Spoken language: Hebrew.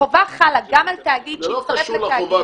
החובה חלה גם על תאגיד --- זה לא קשור לחובה,